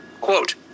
quote